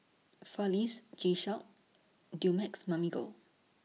four Leaves G Shock Dumex Mamil Gold